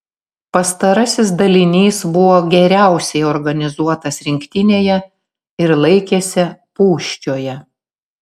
pastarasis dalinys buvo geriausiai organizuotas rinktinėje ir laikėsi pūščioje